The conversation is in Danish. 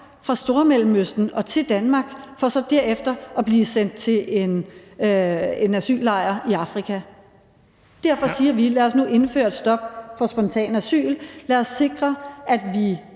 fra Stormellemøsten til Danmark for så derefter at blive sendt til en asyllejr i Afrika. Derfor siger vi: Lad os nu indføre et stop for spontant asyl og lad os sikre, at vi,